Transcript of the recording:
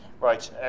Right